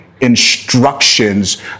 instructions